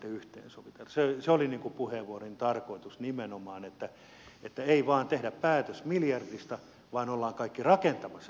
se oli puheenvuoroni tarkoitus nimenomaan että ei vain tehdä päätöstä miljardista vaan ollaan kaikki rakentamassa sitä miljardia